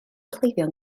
cleifion